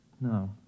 No